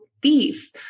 Beef